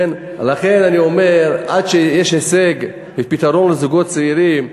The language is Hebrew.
לכן אני אומר, עד שיש הישג, פתרון לזוגות צעירים,